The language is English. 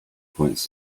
points